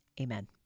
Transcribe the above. Amen